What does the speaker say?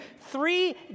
three